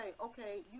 okay